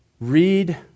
read